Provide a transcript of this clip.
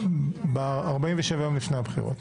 47 יום לפני הבחירות.